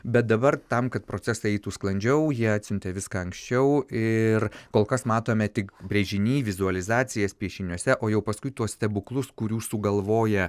bet dabar tam kad procesai eitų sklandžiau jie atsiuntė viską anksčiau ir kol kas matome tik brėžiny vizualizacijas piešiniuose o jau paskui tuos stebuklus kurių sugalvoja